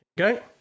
Okay